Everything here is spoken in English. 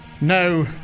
No